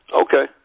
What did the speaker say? okay